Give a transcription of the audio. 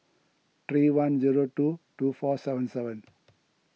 three one zero two two four seven seven